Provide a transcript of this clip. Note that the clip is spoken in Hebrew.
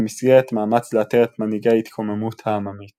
במסגרת מאמץ לאתר את מנהיגי ההתקוממות העממית